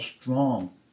strong